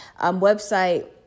website